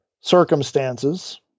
Circumstances